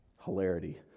hilarity